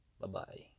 Bye-bye